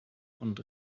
und